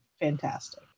fantastic